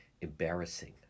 embarrassing